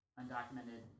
undocumented